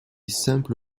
simple